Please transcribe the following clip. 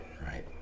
right